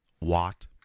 Watt